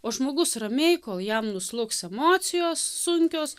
o žmogus ramiai kol jam nuslūgs emocijos sunkios